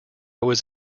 was